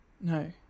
no